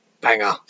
Banger